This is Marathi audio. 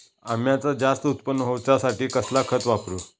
अम्याचा जास्त उत्पन्न होवचासाठी कसला खत वापरू?